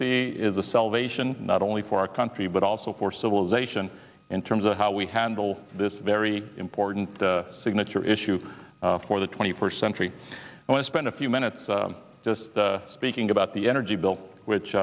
see is a salvation not only for our country but also for civilization in terms of how we handle this very important signature issue for the twenty first century and i spent a few minutes just speaking about the energy bill which